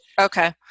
Okay